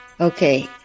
Okay